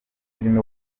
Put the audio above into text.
filime